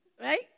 right